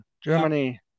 Germany